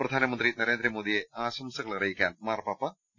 പ്രധാനമന്ത്രി നരേന്ദ്രമോ ദിയെ ആശംസകളറിയിക്കാൻ മാർപാപ്പ വി